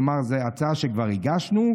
כלומר זו הצעה שכבר הגשנו.